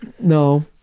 No